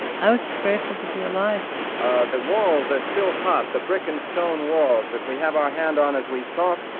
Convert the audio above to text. i was just grateful to be alive ah the walls they're still hot, the brick and stone walls that we have our hand on as we talk,